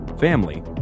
family